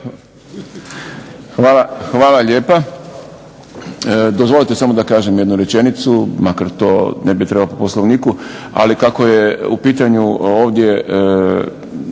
Hvala lijepa. Dozvolite samo da kažem jednu rečenicu, makar to ne bih trebao po Poslovniku ali kako je u pitanju ovdje